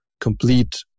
complete